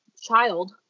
child